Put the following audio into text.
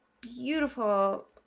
beautiful